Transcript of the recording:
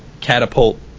catapult